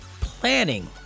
planning